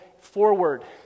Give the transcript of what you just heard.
forward